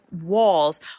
walls